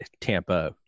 Tampa